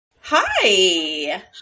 hi